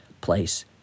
place